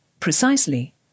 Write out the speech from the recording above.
Precisely